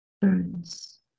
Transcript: burns